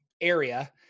area